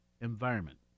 environment